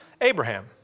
Abraham